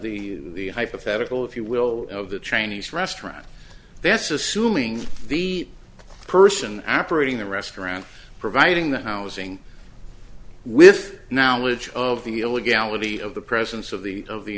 the hypothetical if you will of the chinese restaurant that's assuming the person after eating the restaurant providing that housing with now which of the illegality of the presence of the